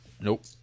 Nope